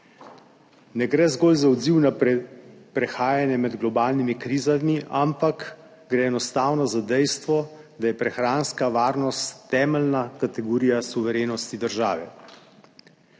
Ne gre zgolj za odziv na prehajanje med globalnimi krizami, ampak gre enostavno za dejstvo, da je prehranska varnost temeljna kategorija suverenosti države.